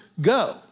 go